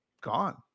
gone